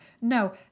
no